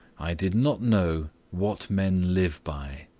i did not know what men live by.